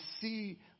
see